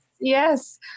Yes